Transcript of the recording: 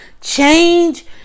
change